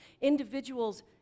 individuals